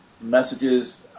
messages